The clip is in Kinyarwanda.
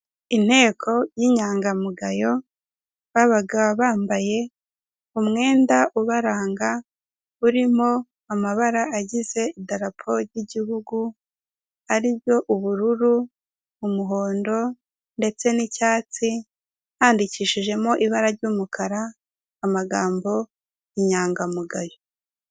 Inteko y'inyangamugayo; babaga bambaye umwenda ubaranga urimo amabara agize idarapo ry'igihugu; ari ryo ubururu, umuhondo ndetse n'icyatsi handikishijemo ibara ry'umukara amagambo inyangamugayo.